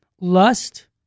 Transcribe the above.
lust